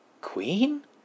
Queen